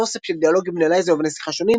אוסף של דיאלוגים בין אלייזה ובני שיחה שונים,